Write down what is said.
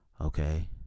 okay